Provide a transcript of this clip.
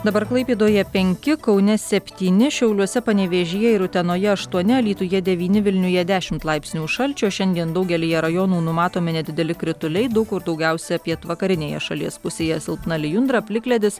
dabar klaipėdoje penki kaune septyni šiauliuose panevėžyje ir utenoje aštuoni alytuje devyni vilniuje dešimt laipsnių šalčio šiandien daugelyje rajonų numatomi nedideli krituliai daug kur daugiausia pietvakarinėje šalies pusėje silpna lijundra plikledis